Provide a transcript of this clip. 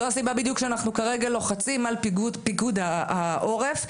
מפקד פיקוד העורף,